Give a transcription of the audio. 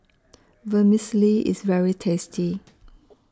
Vermicelli IS very tasty